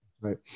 Right